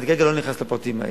כרגע אני לא נכנס לפרטים האלה.